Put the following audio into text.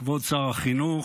כבוד שר החינוך,